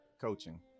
coaching